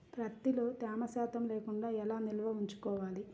ప్రత్తిలో తేమ శాతం లేకుండా ఎలా నిల్వ ఉంచుకోవాలి?